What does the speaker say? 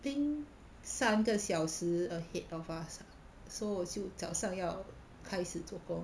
think 三个小时 ahead of us ah so 我就早上要开始做工